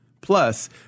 Plus